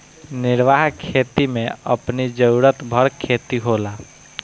निर्वाह खेती में अपनी जरुरत भर खेती होला